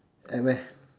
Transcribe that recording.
at where